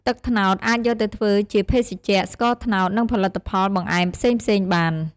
ទឹកត្នោតអាចយកទៅធ្វើជាភេសជ្ជៈ ស្ករត្នោត និងផលិតផលបង្អែមផ្សេងៗបាន។